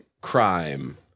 crime